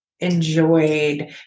enjoyed